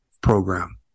program